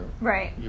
Right